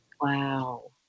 wow